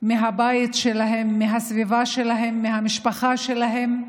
מהבית שלהן, מהסביבה שלהן, מהמשפחה שלהן,